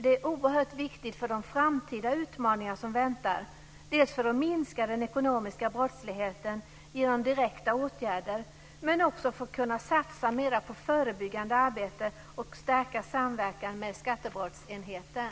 Det är oerhört viktigt för de framtida utmaningar som väntar, dels för att minska den ekonomiska brottsligheten genom direkta åtgärder, dels för att kunna satsa mer på förebyggande arbete och stärka samverkan med skattebrottsenheten.